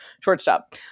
shortstop